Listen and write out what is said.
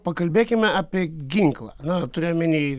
pakalbėkime apie ginklą na turiu omeny